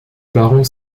baron